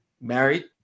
married